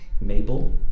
Mabel